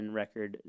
record